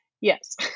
yes